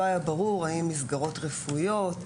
לא היה ברור האם מסגרות רפואיות,